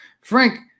Frank